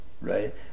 right